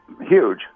huge